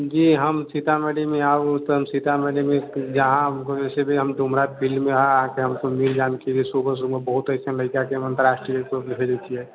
जी हम सीतामढ़ीमे आउ तऽ हम सीतामढ़ीमे जहाँसे भी हम डुमरा फील्ड मे आके हमको मिल जानके है बहुत ऐसन लड़काके हम अन्तराष्ट्रीय स्तरपर भेजै छियै